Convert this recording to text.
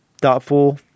thoughtful